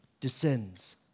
descends